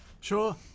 Sure